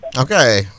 Okay